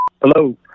Hello